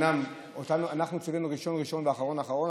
אומנם אנחנו צווינו ראשון ראשון ואחרון אחרון.